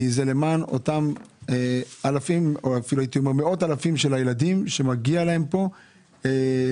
כי זה למען אותם מאות אלפי ילדים שמגיע להם לחיות